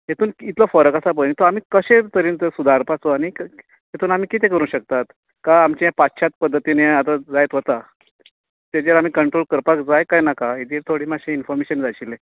हितून कितलो फरक आसा पळय तो आमी कशें तरेन तो आमी सुदारपाचो आनीक तितून आमी किते करूंक शकतात का आमचे पाश्चात पद्दतीन हे आतां जायत वता तेजेर आमी कंट्रोल करपाक जाय काय नाका हेजेर थोडी मातशी इनफोमेशन जाय आशिल्ले